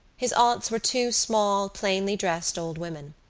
his aunts were two small, plainly dressed old women.